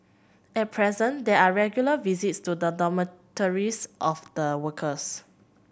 at present there are regular visits to the dormitories of the workers